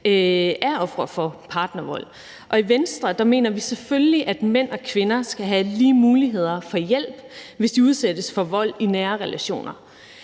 af ofre for partnervold. I Venstre mener vi selvfølgelig, at mænd og kvinder skal have lige muligheder for hjælp, hvis de udsættes for vold i nære relationer.